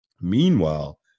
Meanwhile